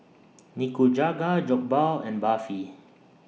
Nikujaga Jokbal and Barfi